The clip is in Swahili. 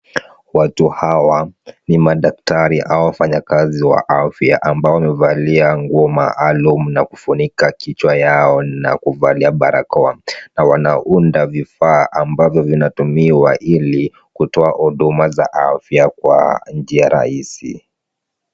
Watu hawa ni madaktari au wafanyakazi wa afya, ambao wamevalia nguo maalum na kufunika kichwa yao na kuvalia barakoa, na wanaunda vifaa ambavyo vinatumiwa ili kutoa huduma za afya kwa njia rahisi.